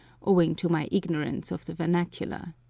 owing to my ignorance of the vernacular.